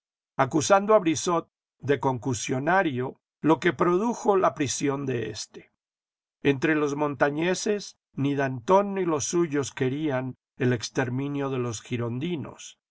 acusando a brissot de concusionario lo que produjo la prisión de éste entre los montañeses ni danton ni los suyos querían el exterminio de los girondinos